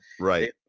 Right